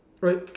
wait